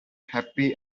happy